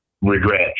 regret